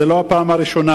זאת לא הפעם הראשונה.